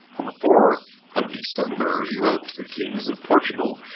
on the fourth of december he wrote to the kings of portugal,